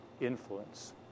influence